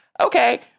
Okay